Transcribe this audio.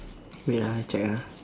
wait ah I check ah